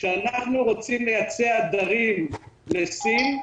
כשאנחנו רוצים לייצא הדרים לסין,